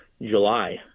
july